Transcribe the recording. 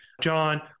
John